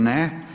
Ne.